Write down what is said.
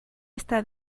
está